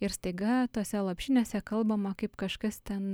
ir staiga tose lopšinėse kalbama kaip kažkas ten